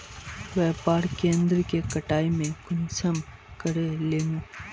व्यापार केन्द्र के कटाई में कुंसम करे लेमु?